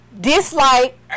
dislike